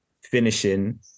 finishing